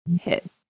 Hit